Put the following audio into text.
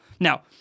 now